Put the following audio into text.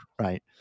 Right